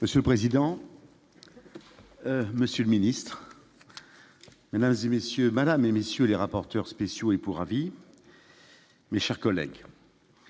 Monsieur le président, Monsieur le Ministre, Mesdames et messieurs, Madame et messieurs les rapporteurs spéciaux et pour avis. Mes chers collègues,